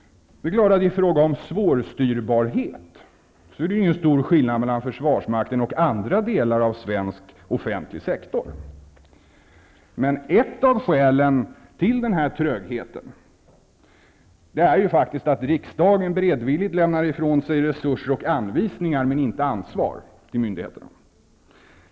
I fråga om svårstyrbarhet är det klart att det inte är någon stor skillnad mellan försvarsmakten och andra delar av svensk offentlig sektor, men ett av skälen till den här trögheten är att riksdagen beredvilligt lämnar ifrån sig resurser och anvisningar men inte ansvar till myndigheterna.